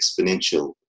exponential